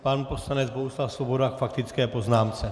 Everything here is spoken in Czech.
Pan poslanec Bohuslav Svoboda k faktické poznámce.